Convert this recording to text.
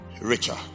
Richer